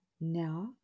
Now